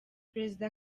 perezida